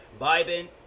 vibing